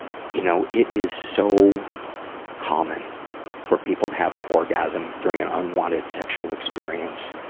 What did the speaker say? you know, it is so common for people to have an orgasm during an unwanted sexual experience.